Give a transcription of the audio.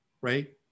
right